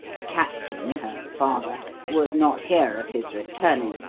the captain, her father, would not hear of his returning,